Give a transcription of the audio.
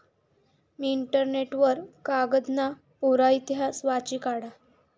मी internet वर कागदना पुरा इतिहास वाची काढा